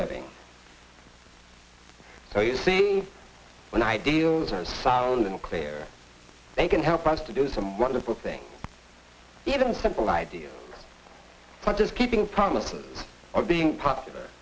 living so you see when ideals and sound and clear they can help us to do some wonderful things even simple ideas for just keeping promises of being popular